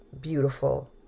beautiful